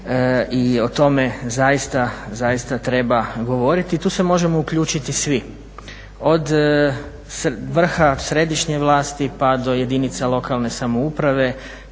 i o tome zaista treba govoriti. I tu se možemo uključiti svi od vrha središnje vlasti pa do jedinice lokalne samouprave